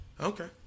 Okay